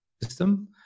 system